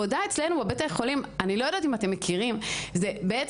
אני לא יודעת אם אתם מכירים העבודה